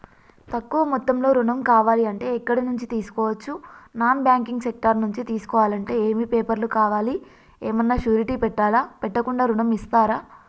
తక్కువ మొత్తంలో ఋణం కావాలి అంటే ఎక్కడి నుంచి తీసుకోవచ్చు? నాన్ బ్యాంకింగ్ సెక్టార్ నుంచి తీసుకోవాలంటే ఏమి పేపర్ లు కావాలి? ఏమన్నా షూరిటీ పెట్టాలా? పెట్టకుండా ఋణం ఇస్తరా?